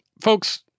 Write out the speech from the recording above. folks